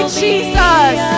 jesus